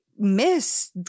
miss